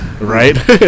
Right